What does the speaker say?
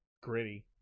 gritty